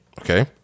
okay